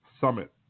summit